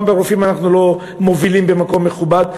גם ברופאים אנחנו לא מובילים במקום מכובד,